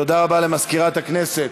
תודה רבה למזכירת הכנסת.